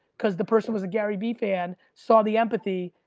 cause the person was a gary v fan, saw the empathy,